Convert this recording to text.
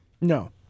No